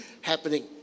happening